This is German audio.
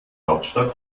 hauptstadt